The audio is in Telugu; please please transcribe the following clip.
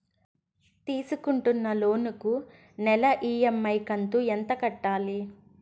తీసుకుంటున్న లోను కు నెల ఇ.ఎం.ఐ కంతు ఎంత కట్టాలి?